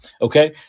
Okay